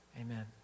Amen